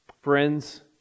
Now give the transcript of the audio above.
friends